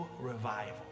revival